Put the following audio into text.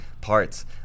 parts